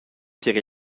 tier